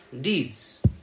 deeds